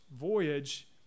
voyage